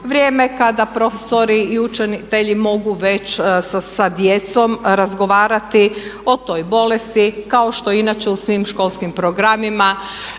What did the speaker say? vrijeme kada profesori i učitelji mogu već sa djecom razgovarati o toj bolesti kao što je i inače u svim školskim programima